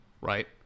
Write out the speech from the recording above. right